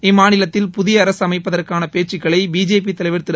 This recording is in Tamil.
இம்மாநிலத்தில் புதிய அரசு அமைப்பதற்கான பேச்சுகளை பிஜேபி தலைவர் திரு